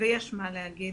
ויש מה להגיד.